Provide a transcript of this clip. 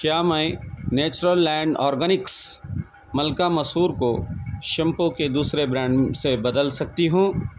کیا میں natural land organics ملکا مسور کو شیمپو کے دوسرے برانڈ سے بدل سکتی ہوں